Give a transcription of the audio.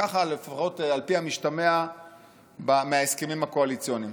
ככה לפחות על פי המשתמע מההסכמים הקואליציוניים.